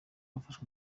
yafashe